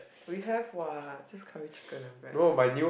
we have what just curry chicken and bread no